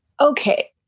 okay